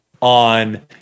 on